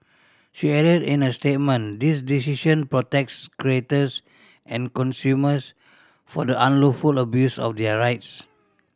she added in a statement This decision protects creators and consumers for the unlawful abuse of their rights